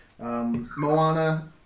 Moana